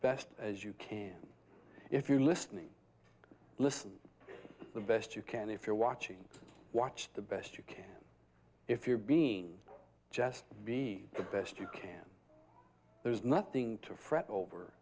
best as you can if you're listening listen the best you can if you're watching watch the best you can if you're being just be the best you can there's nothing to fret over